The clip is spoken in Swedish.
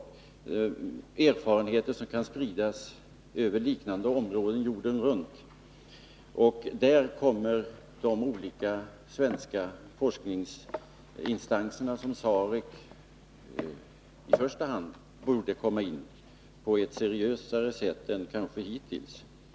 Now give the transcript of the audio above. I Sudan kan man skaffa sig erfarenheter som kan spridas över liknande områden jorden runt. Det är här som de olika svenska forskningsinstanserna, exempelvis SAREC, i första hand borde komma in på ett seriösare sätt än vad som kanske hittills har varit fallet.